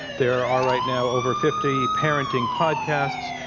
there are, right now, over fifty parenting podcasts.